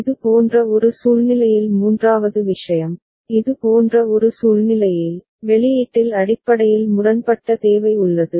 இது போன்ற ஒரு சூழ்நிலையில் மூன்றாவது விஷயம் இது போன்ற ஒரு சூழ்நிலையில் வெளியீட்டில் அடிப்படையில் முரண்பட்ட தேவை உள்ளது